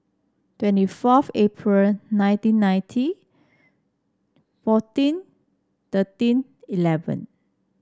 twenty fourth April nineteen ninety fourteen thirteen eleven